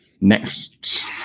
Next